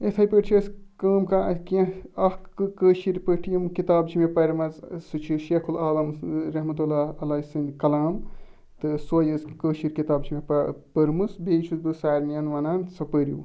یِتھے پٲٹھۍ چھِ أسۍ کٲم کَران اَتہِ کیٚنٛہہ اَکھ کٲشِر پٲٹھۍ یِم کِتابہٕ چھِ مےٚ پَرمَژٕ سُہ چھُ شیخُ العالم ٲں رَحمَتُہ اللہ علیہ سٕنٛدۍ کَلام تہٕ سۅے یٲژ کٲشِر کِتاب چھِ مےٚ پٔرمٕژ بیٚیہٕ چھُس بہٕ سارنٕے وَنان سۅ پَرِو